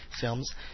films